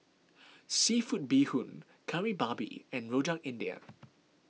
Seafood Bee Hoon Kari Babi and Rojak India